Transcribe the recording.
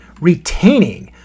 retaining